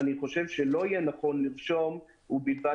אני חושב שלא יהיה נכון לרשום "ובלבד